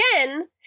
again